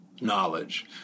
Knowledge